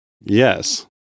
yes